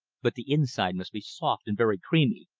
but the inside must be soft and very creamy,